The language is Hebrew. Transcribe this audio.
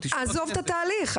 עזוב את התהליך,